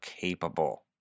capable